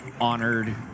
honored